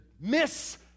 miss